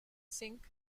sink